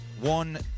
One